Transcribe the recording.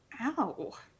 Ow